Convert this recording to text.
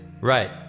Right